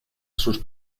sus